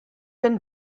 been